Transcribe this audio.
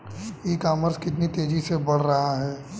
ई commerce कितनी तेजी से बढ़ रहा है?